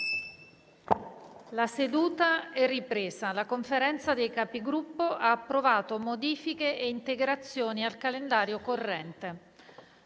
**(ore 16,20)** La Conferenza dei Capigruppo ha approvato modifiche e integrazioni al calendario corrente.